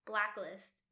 Blacklist